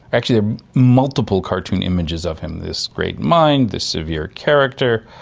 actually multiple cartoon images of him, this great mind, this severe character,